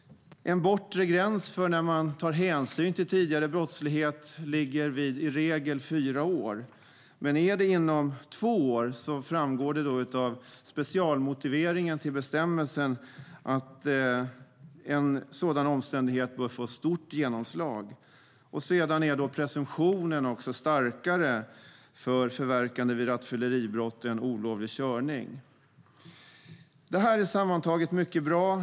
En bortre gräns för när man tar hänsyn till tidigare brottslighet ligger vid fyra år, i regel. Men om det sker inom två år framgår det av specialmotiveringen till bestämmelsen att en sådan omständighet bör få stort genomslag. Sedan är presumtionen också starkare för förverkande vid rattfylleribrott än vid olovlig körning. Detta är sammantaget mycket bra.